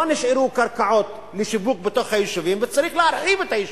לא נשארו קרקעות לשיווק בתוך היישובים וצריך להרחיב את היישובים,